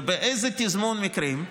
באיזה תזמון מקרים,